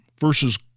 versus